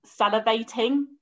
salivating